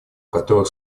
которых